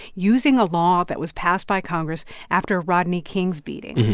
using a law that was passed by congress after rodney king's beating,